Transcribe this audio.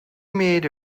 made